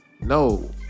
No